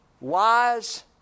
wise